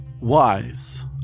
wise